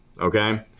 Okay